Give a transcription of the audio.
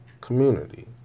community